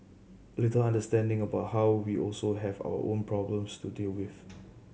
a little understanding about how we also have our own problems to deal with